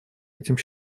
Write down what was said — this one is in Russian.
этим